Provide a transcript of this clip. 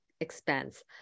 expense